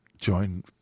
join